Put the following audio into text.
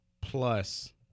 plus